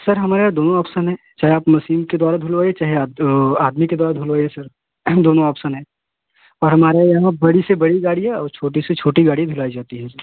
sir हमारे यहाँ दोनों ऑप्सन हैं चाहे आप मशीन के द्वारा धुलवाइए चाहे आप आदमी के द्वारा धुलवाइए सर दोनों ऑप्सन हैं और हमारे यहाँ बड़ी से बड़ी गाड़ियाँ और छोटी से छोटी गाड़ी धुलाई जाती है सर